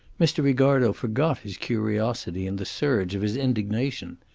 mr. ricardo forgot his curiosity in the surge of his indignation.